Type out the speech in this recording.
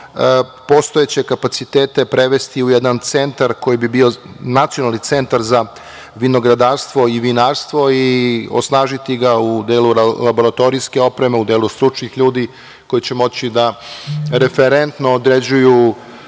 postojeće kapacitete prevesti u jedan centar koji bi bio nacionalni centar za vinogradarstvo i vinarstvo i osnažiti ga u delu laboratorijske opreme, u delu stručnih ljudi koji će moći da referentno određuju